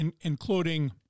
including